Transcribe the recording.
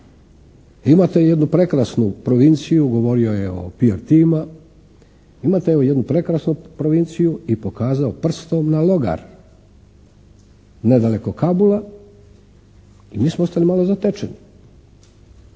imate jednu prekrasnu provinciju. Govorio je o …/Govornik se ne razumije./… imate evo jednu prekrasnu provinciju i pokazao prstom na Logar nedaleko Kabula i mi smo ostali malo zatečeni.